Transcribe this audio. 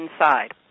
inside